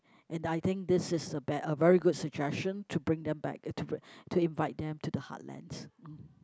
and I think this is the best a very good suggestion to bring them back eh to invite them to the heartlands